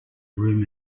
room